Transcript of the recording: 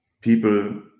people